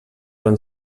van